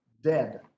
dead